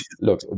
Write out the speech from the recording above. Look